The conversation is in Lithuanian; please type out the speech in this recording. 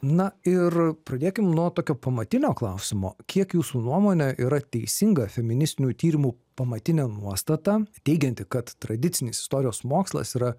na ir pradėkim nuo tokio pamatinio klausimo kiek jūsų nuomone yra teisinga feministinių tyrimų pamatinė nuostata teigianti kad tradicinis istorijos mokslas yra